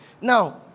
Now